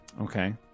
okay